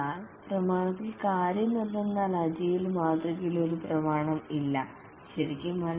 എന്നാൽ പ്രമാണത്തിൽ കാര്യമെന്തെന്നാൽ അജിലേ മാതൃകയിൽ ഒരു പ്രമാണം ഇല്ല ശരിക്കും അല്ല